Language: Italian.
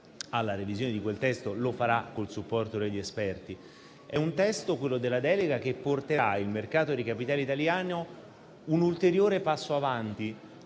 alla revisione di quel testo, lo farà col supporto degli esperti. È un testo, quello della delega, che porterà il mercato dei capitali italiano a fare un ulteriore passo avanti;